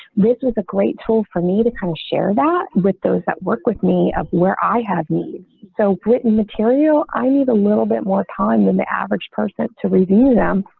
this was a great tool for me to kind of share that with those that work with me, of where i have nice so written material. i need a little bit more time than the average person to review them.